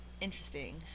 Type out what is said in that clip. interesting